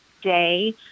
day